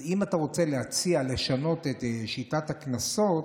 אם אתה רוצה להציע לשנות את שיטת הקנסות,